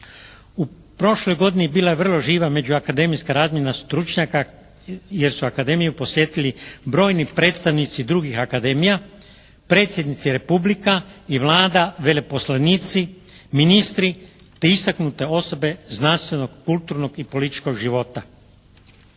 U prošloj godini bila je vrlo živa međuakademijska radnja stručnjaka jer su Akademiju posjetili brojni predstavnici drugih akademija, predsjednici republika i vlada, veleposlanici, ministri te istaknute osobe znanstvenog, kulturnog i političkog života.